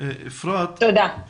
אפרת, תודה רבה לך.